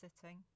sitting